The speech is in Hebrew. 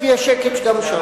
עכשיו יש שקט גם שם.